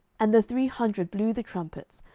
and the three hundred blew the trumpets,